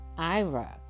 Ira